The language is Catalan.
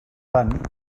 tant